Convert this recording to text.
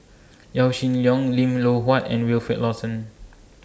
Yaw Shin Leong Lim Loh Huat and Wilfed Lawson